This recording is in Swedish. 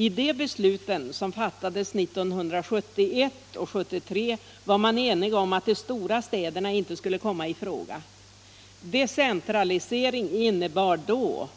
I dessa beslut som fattades 1971 och 1973 var man enig om att de stora städerna inte skulle komma i fråga. Decentralisering innebar då